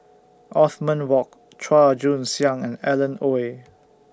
Othman Wok Chua Joon Siang and Alan Oei